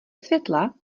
světla